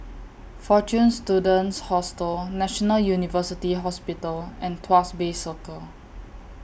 Fortune Students Hostel National University Hospital and Tuas Bay Circle